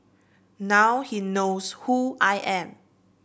now he knows who I am